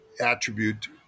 attribute